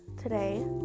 today